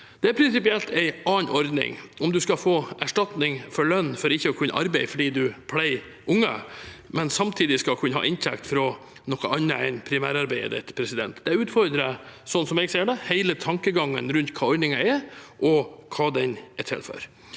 en annen ordning om man skal få erstatning for lønn for ikke å kunne arbeide fordi man pleier unger, men samtidig skal kunne ha inntekt fra noe annet enn primærarbeidet sitt. Sånn jeg ser det, utfordrer det hele tankegangen rundt hva ordningen er, og hva den er til for.